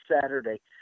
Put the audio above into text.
Saturday